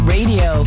Radio